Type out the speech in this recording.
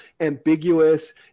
ambiguous